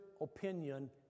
opinion